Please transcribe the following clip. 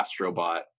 AstroBot